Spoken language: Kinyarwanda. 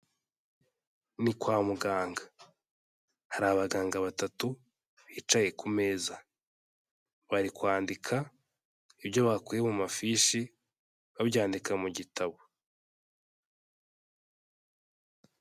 Ni kwa muganga hari abaganga batatu bicaye ku meza, bari kwandika ibyo bakuye mu mafishi babyandika mu gitabo.